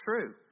true